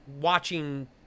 watching –